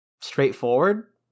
straightforward